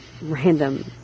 random